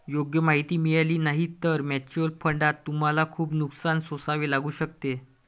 योग्य माहिती मिळाली नाही तर म्युच्युअल फंडात तुम्हाला खूप नुकसान सोसावे लागू शकते